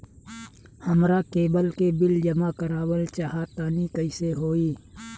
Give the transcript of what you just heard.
हमरा केबल के बिल जमा करावल चहा तनि कइसे होई?